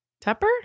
Tupper